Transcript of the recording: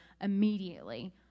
immediately